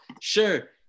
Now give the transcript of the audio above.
Sure